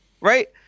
Right